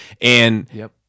And-